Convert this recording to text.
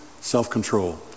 self-control